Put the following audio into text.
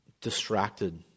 distracted